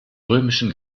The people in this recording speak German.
römischen